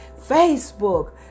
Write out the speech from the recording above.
Facebook